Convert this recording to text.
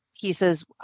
pieces